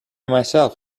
myself